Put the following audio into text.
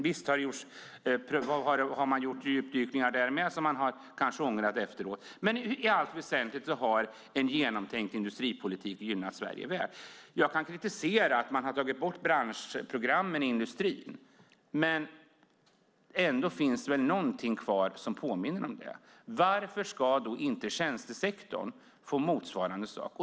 Visst har man gjort djupdykningar där med som man kanske har ångrat efteråt. Men i allt väsentligt har en genomtänkt industripolitik gynnat Sverige väl. Jag kan kritisera att man har dragit bort branschprogrammen i industrin. Men ändå finns väl någonting kvar som påminner om detta. Varför ska då inte tjänstesektorn få motsvarande sak?